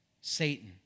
Satan